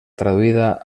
traduïda